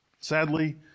Sadly